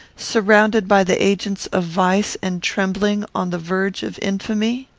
surrounded by the agents of vice, and trembling on the verge of infamy?